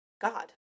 God